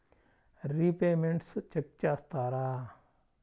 Repayments check చేస్తారా?